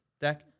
deck